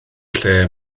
lle